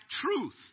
truth